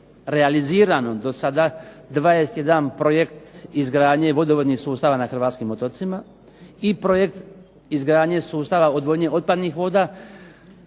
realizirano do sada 21 projekt izgradnje vodovodnih sustava na hrvatskim otocima. I projekt izgradnje sustava odvodnje otpadnih voda